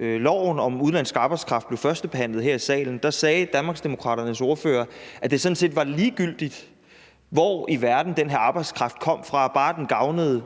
loven om udenlandsk arbejdskraft blev førstebehandlet her i salen, sagde Danmarksdemokraternes ordfører, at det sådan set var ligegyldigt, hvor i verden den her arbejdskraft kom fra, bare den gavnede